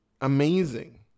amazing